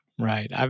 Right